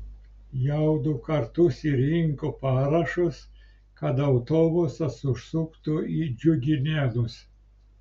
jau du kartus ji rinko parašus kad autobusas užsuktų į džiuginėnus